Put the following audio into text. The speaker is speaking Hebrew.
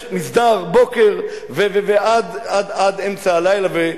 ב-05:00 מסדר בוקר, ועד אמצע הלילה.